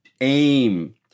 aim